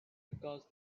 because